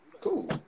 Cool